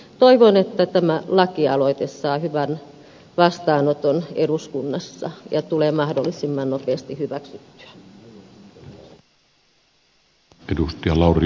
toivon että tämä lakialoite saa hyvän vastaanoton eduskunnassa ja tulee mahdollisimman nopeasti hyväksyttyä